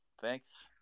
thanks